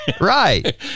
right